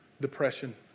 depression